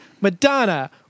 Madonna